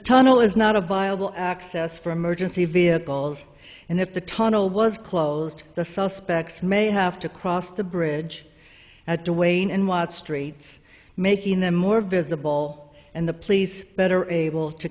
tunnel is not a viable access for emergency vehicles and if the tunnel was closed the suspects may have to cross the bridge at duane and watch streets making them more visible and the police better able to